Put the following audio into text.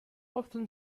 often